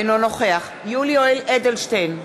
אינו נוכח יולי יואל אדלשטיין,